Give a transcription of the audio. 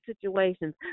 situations